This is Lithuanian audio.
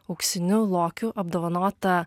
auksiniu lokiu apdovanotą